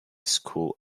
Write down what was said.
school